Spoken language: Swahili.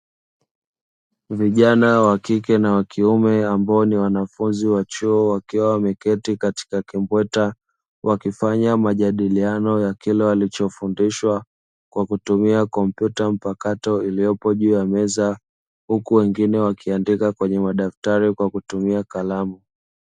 Vijana wa kike na wa kiume ambao ni wanafunzi wa chuo wakiwa wameketi katika kimbweta, wakifanya majadiliano ya kile walichofundishwa kwa kutumia kompyuta mpakato iliyopo juu ya meza; huku wengine wakiandika kwenye madaftari kwa kutumia kalamu.